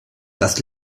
das